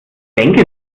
denke